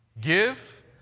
give